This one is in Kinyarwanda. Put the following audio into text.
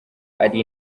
ari